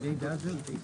זה דבר חדש?